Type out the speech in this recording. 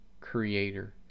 creator